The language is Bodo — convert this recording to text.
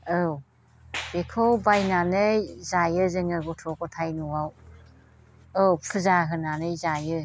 औ बेखौ बायनानै जायो जोङो गथ' गथाइ न'आव औ फुजा होनानै जायो